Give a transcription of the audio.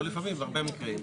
לא לפעמים זה הרבה מקרים.